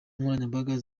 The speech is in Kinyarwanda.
nkoranyambaga